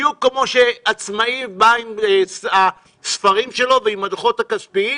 בדיוק כמו שעצמאי בא עם הספרים שלו ועם הדוחות הכספיים